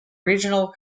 regional